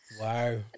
Wow